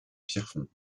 pierrefonds